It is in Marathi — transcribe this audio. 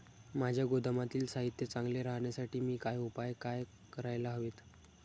माझ्या गोदामातील साहित्य चांगले राहण्यासाठी मी काय उपाय काय करायला हवेत?